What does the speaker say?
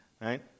right